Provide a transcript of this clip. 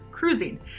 cruising